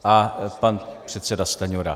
A pan předseda Stanjura.